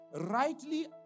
rightly